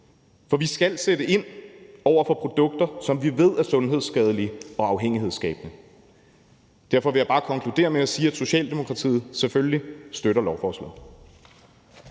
For vi skal sætte ind over for produkter, som vi ved er sundhedsskadelige og afhængighedsskabende. Derfor vil jeg bare konkludere med at sige, at Socialdemokratiet selvfølgelig støtter lovforslaget.